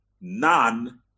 none